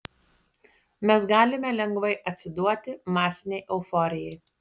mes galime lengvai atsiduoti masinei euforijai